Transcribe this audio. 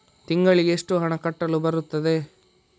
ತಿಂಗಳಿಗೆ ಎಷ್ಟು ಹಣ ಕಟ್ಟಲು ಬರುತ್ತದೆ?